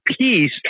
peace